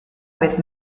vez